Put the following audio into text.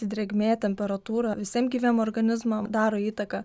drėgmė temperatūra visiem gyviem organizmam daro įtaką